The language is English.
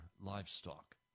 livestock